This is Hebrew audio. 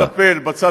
אם נידרש,